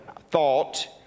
thought